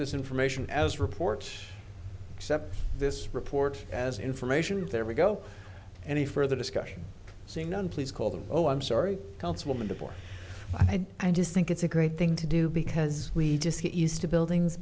this information as reports except this report as information and there we go any further discussion saying none please call them oh i'm sorry councilman before i die i just think it's a great thing to do because we discourage used to buildings